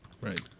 Right